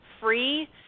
free